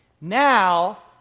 Now